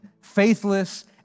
faithless